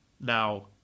now